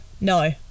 no